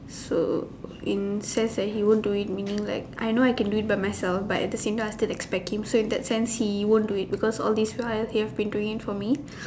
so in a sense that he won't do it meaning like I can do it by myself but at the same time I still expect him so in that sense he won't do it because all this while he has been doing it for me